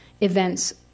events